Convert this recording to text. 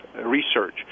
research